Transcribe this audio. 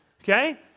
Okay